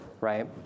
right